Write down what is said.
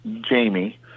Jamie